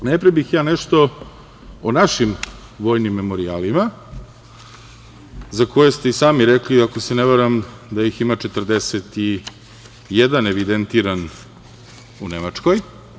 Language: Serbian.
Najpre bih ja nešto o našim vojnim memorijalima za koje ste i sami rekli, ako se ne varam, da ih ima 41 evidentiran u Nemačkoj.